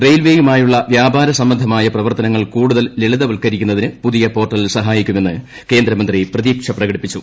റെയിൽവേയുമായുള്ള വ്യാപ്പ്ാര് സംബന്ധമായ പ്രവർത്തനങ്ങൾ കൂടുതൽ ലളിതവത്കരിക്കുന്ന്തിന് പുതിയ പോർട്ടൽ സഹായിക്കുമെന്ന് കേന്ദ്രിമ്പ്ര്തി പ്രതീക്ഷ പ്രകടിപ്പിച്ചു